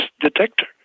detector